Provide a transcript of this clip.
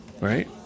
right